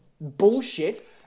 bullshit